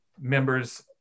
members